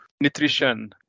nutrition